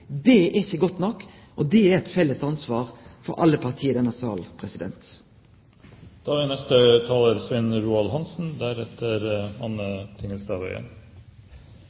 er ikkje godt nok, og det er eit felles ansvar for alle parti i denne